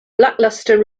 lackluster